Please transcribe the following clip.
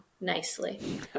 nicely